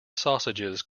sausages